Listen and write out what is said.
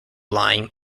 lying